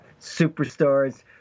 superstars